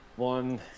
one